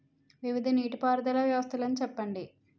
వివిధ నీటి పారుదల వ్యవస్థలను చెప్పండి?